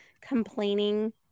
complaining